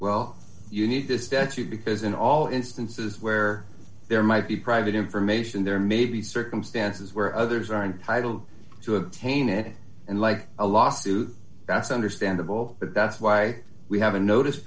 well you need to step through because in all instances where there might be private information there may be circumstances where others are entitled to obtain it and like a lawsuit that's understandable but that's why we have a notice